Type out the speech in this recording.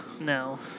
No